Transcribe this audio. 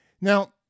Now